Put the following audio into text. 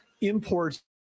imports